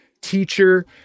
teacher